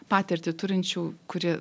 patirtį turinčių kuri